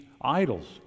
idols